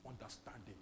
understanding